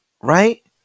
right